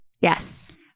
Yes